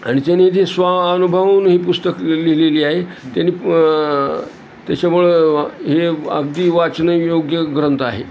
आणि त्याने जे स्वअनुभवून ही पुस्तक लिहिलेली आहे त्यानी त्याच्यामुळं हे अगदी वाचनं योग्य ग्रंथ आहे